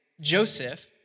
Joseph